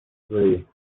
three